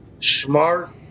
Smart